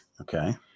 Okay